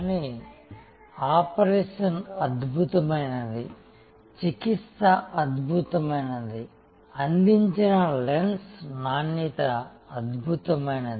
కానీ ఆపరేషన్ అద్భుతమైనది చికిత్స అద్భుతమైనది అందించిన లెన్స్ నాణ్యత అద్భుతమైనది